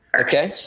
Okay